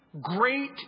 great